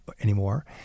anymore